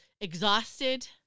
exhausted